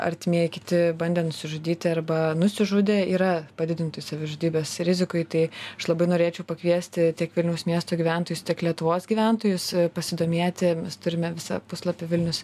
artimieji kiti bandė nusižudyti arba nusižudė yra padidintoj savižudybės rizikoj tai aš labai norėčiau pakviesti tiek vilniaus miesto gyventojus tiek lietuvos gyventojus pasidomėti mes turime visą puslapį vilnius